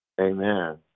Amen